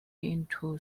into